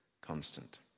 constant